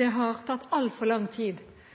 Det har tatt altfor lang tid